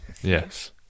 Yes